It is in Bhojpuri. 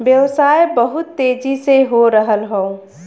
व्यवसाय बहुत तेजी से हो रहल हौ